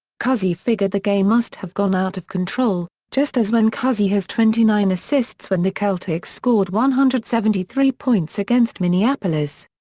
cousy figured the game must have gone out of control, just as when cousy has twenty nine assists when the celtics scored one hundred and seventy three points against minneapolis.